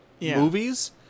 movies